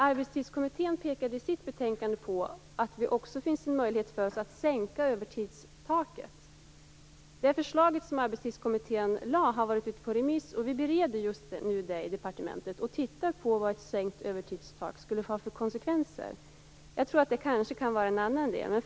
Arbetstidskommittén pekade i sitt betänkande på att det också finns en möjlighet för oss att sänka övertidstaket. Det förslag som Arbetstidskommittén lade fram har varit ute på remiss, och vi bereder det just nu i departementet. Vi tittar på vad ett sänkt övertidstak skulle ha för konsekvenser. Det kan kanske vara en annan viktig del.